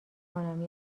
کنم